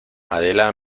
adela